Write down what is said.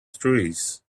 trees